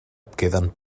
queden